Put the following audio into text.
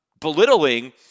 belittling